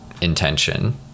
intention